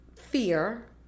fear